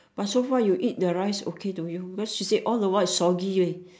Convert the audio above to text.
but so far you eat the rice okay to you cause she say all the while it's soggy eh